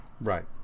Right